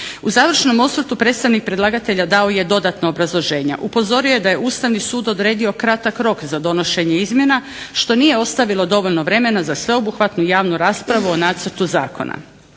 U završnom osvrtu predstavnik predlagatelja dao je dodatno obrazloženje. Upozorio je da je Ustavni sud odredio kratak rok za donošenje izmjena što nije ostavilo dovoljno vremena za sveobuhvatnu javnu raspravu o nacrtu zakona.